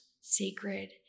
sacred